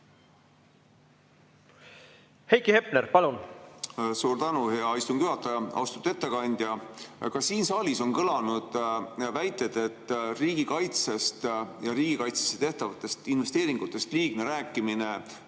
Heiki Hepner, palun! Suur tänu, hea istungi juhataja! Austatud ettekandja! Ka siin saalis on kõlanud väited, et riigikaitsest ja riigikaitsesse tehtavatest investeeringutest liigne rääkimine